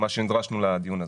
מה שנדרשנו לדיון הזה.